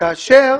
כאשר